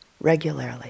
regularly